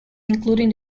including